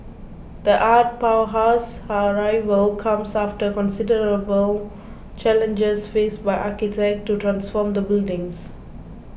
the art powerhouse's arrival comes after considerable challenges faced by architects to transform the buildings